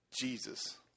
Jesus